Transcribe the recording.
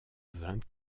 vingt